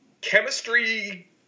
chemistry